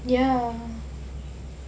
ya